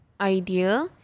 idea